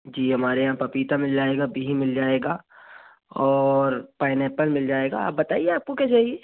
जी हमारे यहाँ पपीता मिल जाएगा बिही मिल जाएगा और पाइनएप्पल मिल जाएगा आप बताइए आपको क्या चाहिए